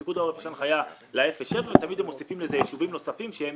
לפיקוד העורף יש הנחיה ל-0-7 ותמיד הם מוסיפים לזה ישובים נוספים שהם